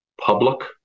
public